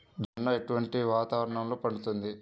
జొన్న ఎటువంటి వాతావరణంలో పండుతుంది?